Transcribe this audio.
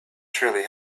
surely